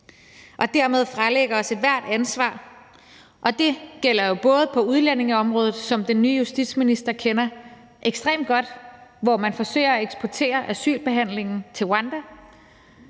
dermed fralægger vi os ethvert ansvar, og det gælder jo både på udlændingeområdet, som den nye justitsminister kender ekstremt godt, hvor man så forsøger at eksportere asylbehandlingen til Rwanda,